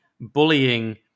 bullying